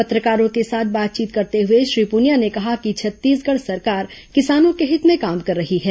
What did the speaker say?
पत्रकारों के साथ बातचीत करते हुए श्री पुनिया ने कहा कि छत्तीसगढ़ सरकार किसानों के हित में काम कर रही है